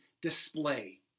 display